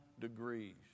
degrees